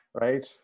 right